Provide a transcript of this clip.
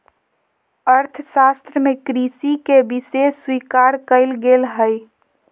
अर्थशास्त्र में कृषि के विशेष स्वीकार कइल गेल हइ